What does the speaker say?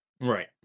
Right